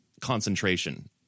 concentration